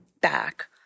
back